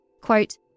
Quote